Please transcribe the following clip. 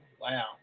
Wow